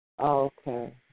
Okay